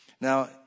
Now